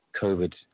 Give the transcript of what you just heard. COVID